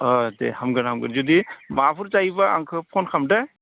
अ दे हामगोन हामगोन जुदि माबाफोर जायोबा आंखौ फन खालाम दे